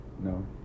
No